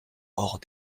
hors